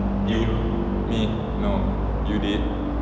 you me no you did